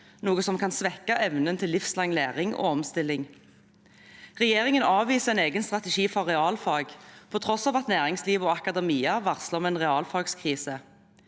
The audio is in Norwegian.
noe som kan svekke evnen til livslang læring og omstilling. Regjeringen avviser en egen strategi for realfag, på tross av at næringsliv og akademia varsler om en realfagskrise.